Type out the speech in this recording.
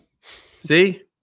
See